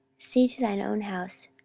see to thine own house.